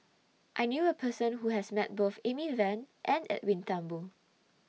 I knew A Person Who has Met Both Amy Van and Edwin Thumboo